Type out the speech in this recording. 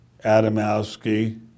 Adamowski